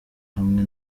hamwe